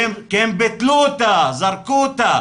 כי הם ביטלו אותה, זרקו אותה